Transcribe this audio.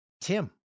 Tim